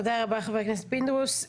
תודה רבה, חבר הכנסת פינדרוס.